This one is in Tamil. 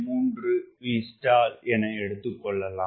3 Vstall என எடுத்துக்கொள்ளலாம்